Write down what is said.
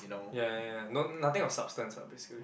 ya ya ya no nothing of substance lah basically